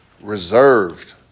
reserved